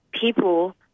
people